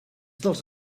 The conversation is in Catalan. dels